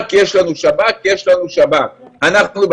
בשב"כ הוא אמצעי להורדת העקומה.